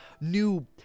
new